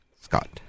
Scott